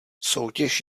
soutěž